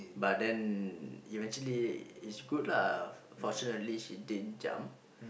but then eventually it's good lah fortunately she didn't jump